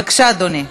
בבקשה, אדוני.